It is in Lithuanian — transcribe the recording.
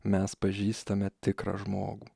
mes pažįstame tikrą žmogų